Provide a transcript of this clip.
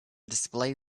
display